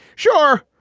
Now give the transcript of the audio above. sure,